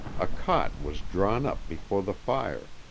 a cot was drawn up before the fire,